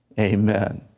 amen.